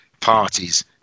parties